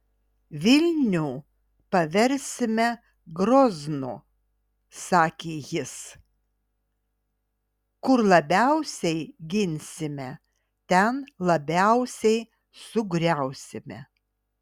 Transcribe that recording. vilnių paversime groznu sakė jis kur labiausiai ginsime ten labiausiai sugriausime